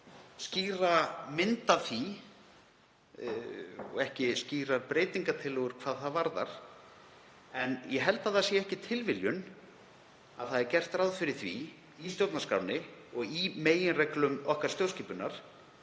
skýra mynd af því og ekki skýrar breytingartillögur hvað það varðar en ég held að það sé ekki tilviljun að gert er ráð fyrir því í stjórnarskránni, og í meginreglum okkar stjórnskipunar,